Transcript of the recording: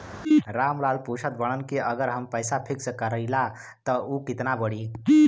राम लाल पूछत बड़न की अगर हम पैसा फिक्स करीला त ऊ कितना बड़ी?